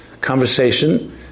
conversation